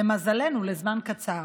למזלנו לזמן קצר.